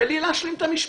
תן לי להשלים את המשפט.